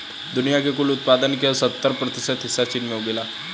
दुनिया के कुल उत्पादन के सत्तर प्रतिशत हिस्सा चीन में उगेला